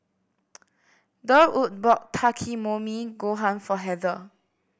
Durwood bought Takikomi Gohan for Heather